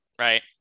Right